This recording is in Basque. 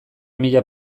mila